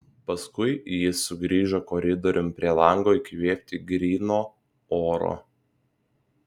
paskui jis sugrįžo koridoriun prie lango įkvėpti gryno oro